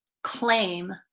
claim